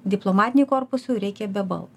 diplomatiniui korpusui reikia be baldų